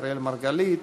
אראל מרגלית,